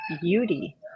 beauty